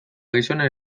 gizonen